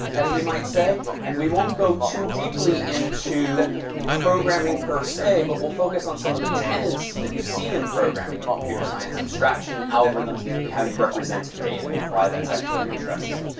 as we might say. and we won't go too deeply into programming per se, but we'll focus on some of the tenets that you see in programming and computer science abstraction, algorithms, and how you represent data, and why that's actually interesting.